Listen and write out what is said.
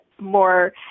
more